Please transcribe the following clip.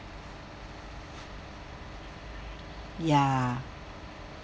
ya